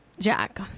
jack